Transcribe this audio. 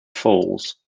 falls